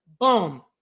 Boom